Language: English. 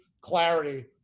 clarity